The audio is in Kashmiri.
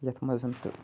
ییٚتھ منٛز تہٕ